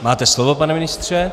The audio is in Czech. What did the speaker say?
Máte slovo, pane ministře.